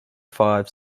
five